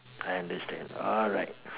I understand alright